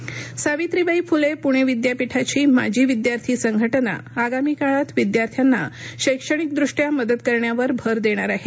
विद्यापीठ सावित्रीबाई फुले पूणे विद्यापीठाची माजी विद्यार्थी संघटना आगामी काळात विद्यार्थ्यांना शैक्षणिकदृष्ट्या मदत करण्यावर भर देणार आहे